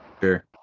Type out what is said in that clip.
Sure